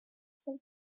for